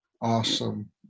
Awesome